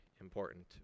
important